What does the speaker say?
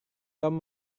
tom